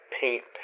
paint